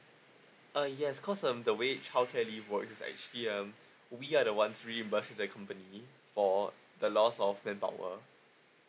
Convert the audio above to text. uh yes cause um the way childcare leave work is actually um we are the ones reimburse to the company for the loss of manpower